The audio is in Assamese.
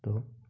তো